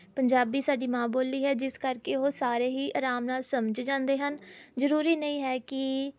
ਪੰਜਾਬੀ ਸਾਡੀ ਮਾਂ ਬੋਲੀ ਹੈ ਜਿਸ ਕਰਕੇ ਉਹ ਸਾਰੇ ਹੀ ਅਰਾਮ ਨਾਲ ਸਮਝ ਜਾਂਦੇ ਹਨ ਜ਼ਰੂਰੀ ਨਹੀਂ ਹੈ ਕਿ